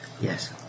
Yes